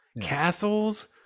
Castles